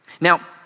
Now